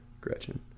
Gretchen